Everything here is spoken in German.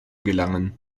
gelangen